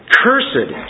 cursed